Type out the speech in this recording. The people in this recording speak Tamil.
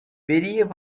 பெரிய